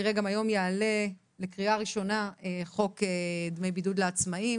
היום יום שני ט"ו בשבט התשפ"ב,